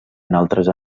altres